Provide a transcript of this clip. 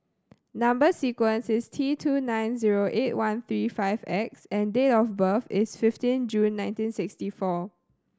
number sequence is T two nine zero eight one three five X and date of birth is fifteen June nineteen sixty four